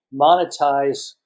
monetize